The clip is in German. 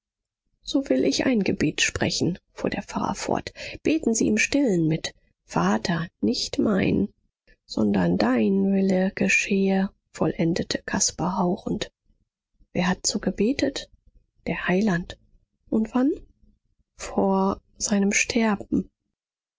so will ich ein gebet sprechen fuhr der pfarrer fort beten sie im stillen mit vater nicht mein sondern dein wille geschehe vollendete caspar hauchend wer hat so gebetet der heiland und wann vor seinem sterben